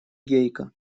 гейка